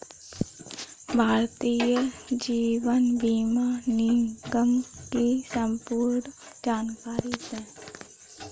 भारतीय जीवन बीमा निगम की संपूर्ण जानकारी दें?